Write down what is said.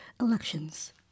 elections